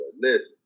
Listen